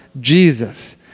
Jesus